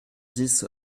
dix